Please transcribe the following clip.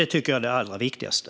Det tycker jag är det viktigaste.